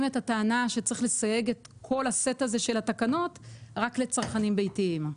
את הטענה שצריך לסייג את כל הסט הזה של התקנות רק לצרכנים ביתיים.